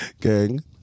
gang